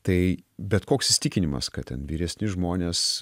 tai bet koks įsitikinimas kad ten vyresni žmonės